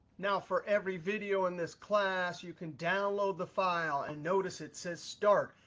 now, for every video in this class, you can download the file and notice it says start.